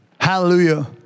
Hallelujah